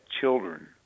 children